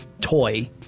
toy